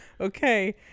okay